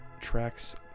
tracks